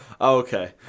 Okay